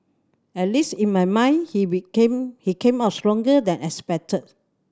at least in my mind he became he come out stronger than expected